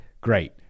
great